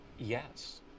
Yes